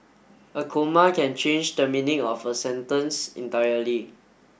a comma can change the meaning of a sentence entirely